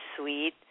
sweet